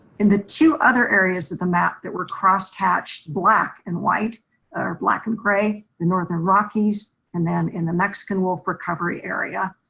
in the two other areas of the map that were cross hatched black and white or black and gray, the northern rockies and then in the mexican wolf recovery area.